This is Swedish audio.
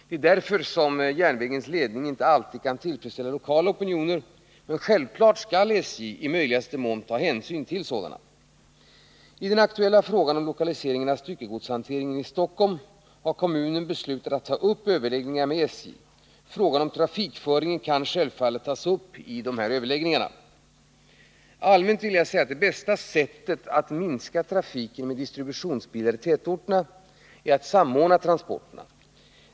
Det är därför som SJ:s ledning inte alltid kan tillfredsställa lokala opinioner, men självklart skall SJ i möjligaste mån ta hänsyn till sådana. I den aktuella frågan om lokaliseringen av styckegodshanteringen i Stockholm har kommunen beslutat att ta upp överläggningar med statens järnvägar. Frågan om trafikföringen kan självfallet tas upp i dessa överläggningar. Allmänt vill jag säga att det bästa sättet att minska trafiken med distributionsbilar i tätorterna är att samordna transporterna.